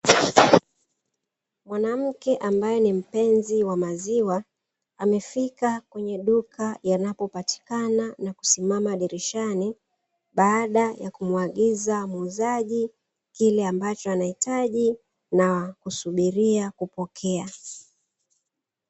Mwanamke ambaye ni mpenzi wa maziwa amefika kwenye duka yanapopatikana na kusimama dirishani, baada ya kumwagiza muuzaji kile ambacho anahitaji na kusubiria kupokea.